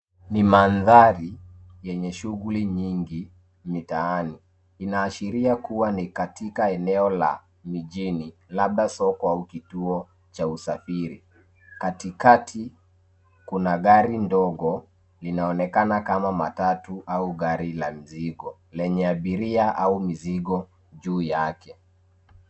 Ni mandhari yenye shughuli nyingi mitaani, inaashiria kuwa ni katika eneo la mijini labda soko au kituo cha usafiri. Katikati kuna gari ndogo, linaonekana kama matatu au gari la mzigo lenye abiria au mizigo juu yake.